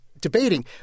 debating